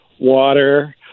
water